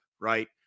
right